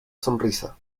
sonrisa